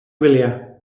gwyliau